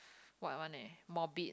what one eh morbid